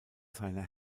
seiner